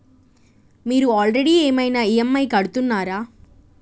మీరు ఆల్రెడీ ఏమైనా ఈ.ఎమ్.ఐ కడుతున్నారా?